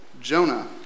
Jonah